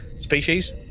Species